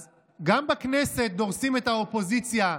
גם בכנסת דורסים את האופוזיציה,